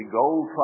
gold